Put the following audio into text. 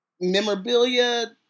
memorabilia